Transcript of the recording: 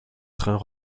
trains